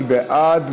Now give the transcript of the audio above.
מי בעד?